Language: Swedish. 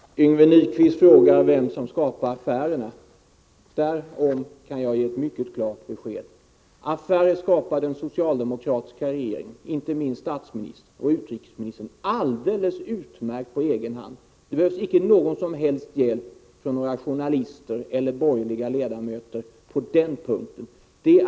Fru talman! Yngve Nyquist frågar vem som har skapat affärerna. Därom kan jag ge besked. Affärer skapar den socialdemokratiska regeringen, inte minst statsministern och utrikesministern, på egen hand. Det behövs inte någon hjälp från några journalister eller borgerliga ledamöter på den punkten.